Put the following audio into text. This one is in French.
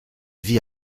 vit